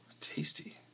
Tasty